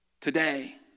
today